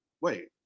wait